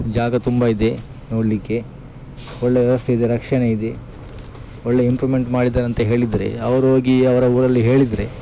ಜಾಗ ತುಂಬ ಇದೆ ನೋಡಲ್ಲಿಕ್ಕೆ ಒಳ್ಳೆಯ ವ್ಯವಸ್ಥೆ ಇದೆ ರಕ್ಷಣೆ ಇದೆ ಒಳ್ಳೆಯ ಇಂಪ್ರೂಮೆಂಟ್ ಮಾಡಿದರಂತ ಹೇಳಿದರೆ ಅವ್ರು ಹೋಗಿ ಅವರ ಊರಲ್ಲಿ ಹೇಳಿದರೆ